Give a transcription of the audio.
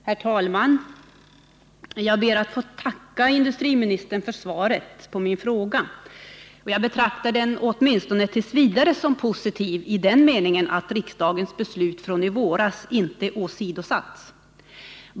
Herr talman! Jag ber att få tacka industriministern för svaret på min fråga. Jag betraktar det åtminstone t. v. som positivt i den meningen att riksdagens beslut från i våras inte åsidosatts.